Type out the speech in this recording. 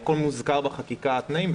הכול מוזכר בחקיקה, התנאים.